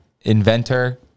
inventor